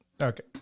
Okay